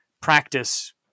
practice